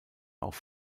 auch